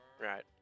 Right